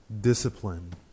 discipline